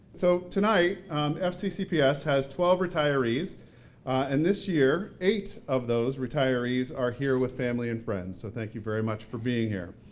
so tonight fccps has twelve retirees and this year eight of those retirees are here with family and friends so thank you very much for being here.